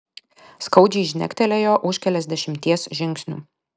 skaudžiai žnektelėjo už keliasdešimties žingsnių